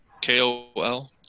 K-O-L